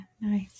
nice